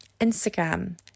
Instagram